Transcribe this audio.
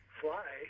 fly